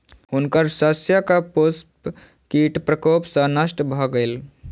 हुनकर शस्यक पुष्प कीट प्रकोप सॅ नष्ट भ गेल